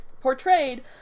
portrayed